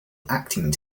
acting